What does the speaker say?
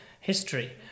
history